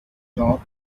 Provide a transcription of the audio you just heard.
top